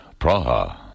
Praha